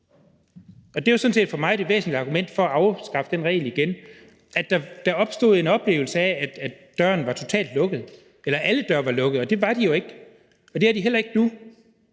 og det er jo sådan set for mig det væsentlige argument for at afskaffe den regel igen, altså at der opstod en oplevelse af, at alle døre var lukket. Og det var de jo ikke, og det er de heller ikke nu.